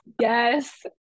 yes